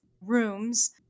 rooms